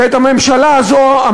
ואת הממשלה הזאת,